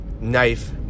knife